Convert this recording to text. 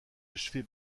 achevé